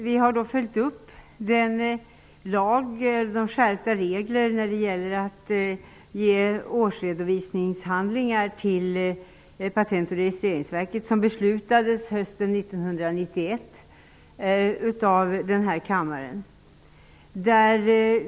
Vi har följt upp de skärpta regler när det gäller att inge årsredovisningshandlingar till Patent och registreringsverket som beslutades hösten 1991 i denna kammare.